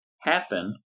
happen